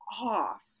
off